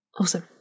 Awesome